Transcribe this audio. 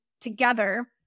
together